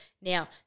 Now